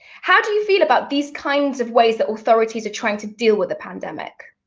how do you feel about these kinds of ways that authorities are trying to deal with the pandemic?